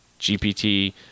GPT